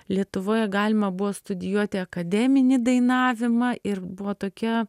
lietuvoje galima buvo studijuoti akademinį dainavimą ir buvo tokia